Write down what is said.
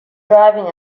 driving